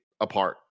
apart